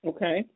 Okay